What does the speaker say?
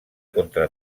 contra